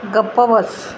गप्प बस